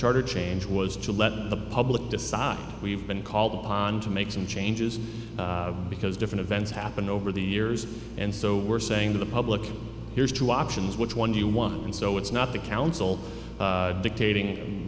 charter change was to let the public decide we've been called upon to make some changes because different events happened over the years and so we're saying to the public here's two options which one do you want and so it's not the council dictating